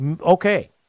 Okay